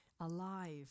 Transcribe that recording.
Alive